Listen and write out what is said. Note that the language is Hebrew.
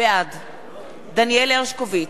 בעד דניאל הרשקוביץ,